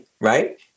right